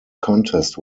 contest